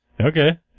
Okay